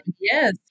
Yes